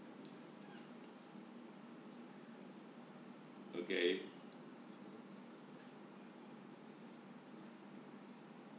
okay